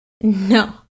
No